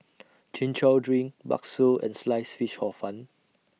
Chin Chow Drink Bakso and Sliced Fish Hor Fun